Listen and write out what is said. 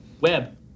Web